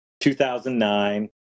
2009